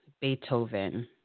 Beethoven